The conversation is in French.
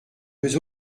veux